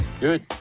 Good